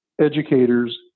educators